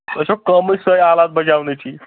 تۄہہِ چھو کٲمٕے سۄے آلات بَجاونٕچی